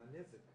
על הנזק.